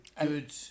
good